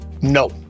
No